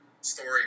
story